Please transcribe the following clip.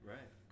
Right